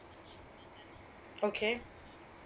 okay